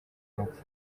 urupfu